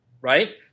right